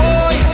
Boy